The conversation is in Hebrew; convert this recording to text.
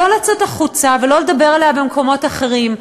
לא לצאת החוצה ולא לדבר עליה במקומות אחרים,